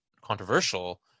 controversial